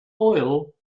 oil